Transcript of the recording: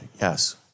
Yes